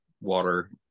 Water